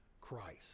Christ